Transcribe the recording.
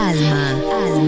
Alma